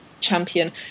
champion